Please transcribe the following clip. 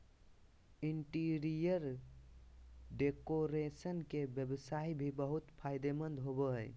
interior decoration के व्यवसाय भी बहुत फायदेमंद होबो हइ